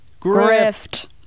Grift